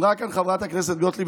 אמרה כאן חברת הכנסת גוטליב,